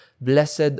Blessed